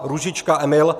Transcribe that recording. Růžička Emil